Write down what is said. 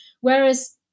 whereas